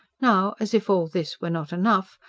now, as if all this were not enough,